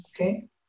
Okay